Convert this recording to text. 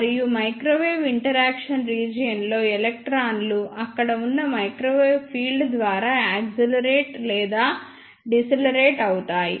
మరియు microwave interaction region లో ఎలక్ట్రాన్లు అక్కడ ఉన్న మైక్రోవేవ్ ఫీల్డ్ ద్వారా యాక్సిలరేట్ లేదా డిసెలేరేట్ అవుతాయి